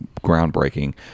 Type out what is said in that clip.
groundbreaking